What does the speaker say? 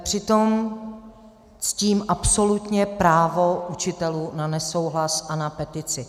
Přitom ctím absolutně právo učitelů na nesouhlas a na petici.